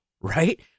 right